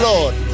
Lord